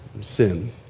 sin